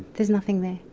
there's nothing there,